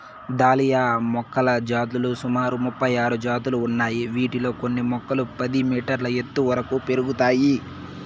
dahlia మొక్కల జాతులు సుమారు ముపై ఆరు జాతులు ఉన్నాయి, వీటిలో కొన్ని మొక్కలు పది మీటర్ల ఎత్తు వరకు పెరుగుతాయి